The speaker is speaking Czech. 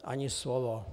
Ani slovo.